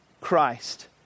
Christ